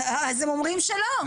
אז הם אומרים שלא.